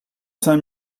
cinq